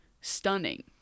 stunning